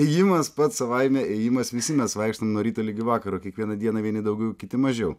ėjimas pats savaime ėjimas visi mes vaikštom nuo ryto ligi vakaro kiekvieną dieną vieni daugiau kiti mažiau